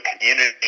community